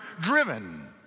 driven